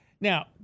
Now